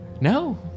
No